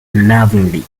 unnervingly